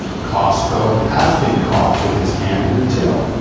costco has been caught with its hand in the till.